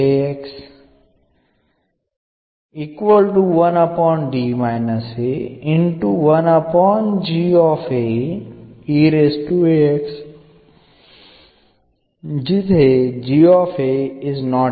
എങ്കിൽ എന്ന് എഴുതാം